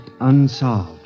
unsolved